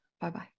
Bye-bye